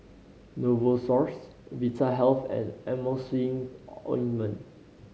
Novosource Vitahealth and Emulsying Ointment